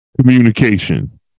communication